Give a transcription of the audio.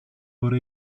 wurde